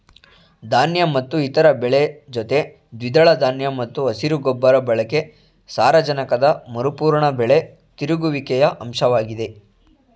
ಧಾನ್ಯ ಮತ್ತು ಇತರ ಬೆಳೆ ಜೊತೆ ದ್ವಿದಳ ಧಾನ್ಯ ಮತ್ತು ಹಸಿರು ಗೊಬ್ಬರ ಬಳಕೆ ಸಾರಜನಕದ ಮರುಪೂರಣ ಬೆಳೆ ತಿರುಗುವಿಕೆಯ ಅಂಶವಾಗಿದೆ